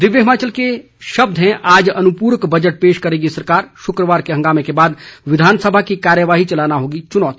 दिव्य हिमाचल के शब्द हैं आज अनुपूरक बजट पेश करेगी सरकार शुक्रवार के हंगामे के बाद विधानसभा की कार्यवाही चलाना होगी चुनौती